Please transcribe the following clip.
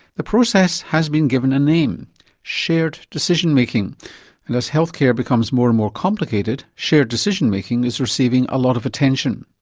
the process has been given a name shared decision making and as healthcare becomes more and more complicated, shared decision making is receiving a lot of attention.